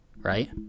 right